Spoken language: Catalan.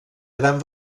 gran